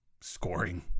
scoring